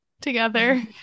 together